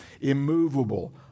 immovable